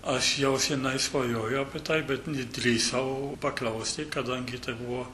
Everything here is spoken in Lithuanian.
aš jau senai svajojau apie tai bet nedrįsau paklausti kadangi tai buvo